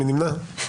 מי נמנע?